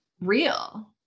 real